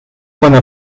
cuando